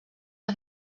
las